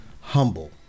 humble